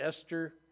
Esther